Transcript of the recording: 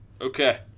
Okay